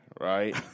Right